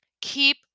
Keep